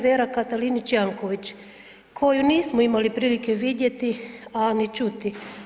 Vera Katalinić Jelković koju nismo imali prilike vidjeti, a ni čuti.